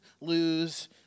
lose